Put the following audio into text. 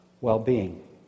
well-being